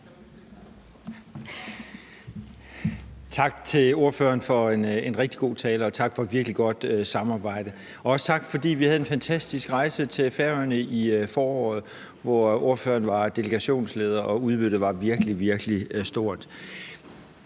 Tak til ordføreren for en rigtig god tale, og tak for et virkelig godt samarbejde. Og også tak, fordi vi havde en fantastisk rejse til Færøerne i foråret, hvor ordføreren var delegationsleder, og udbyttet var virkelig, virkelig stort.